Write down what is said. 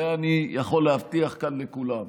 את זה אני יכול להבטיח כאן לכולם,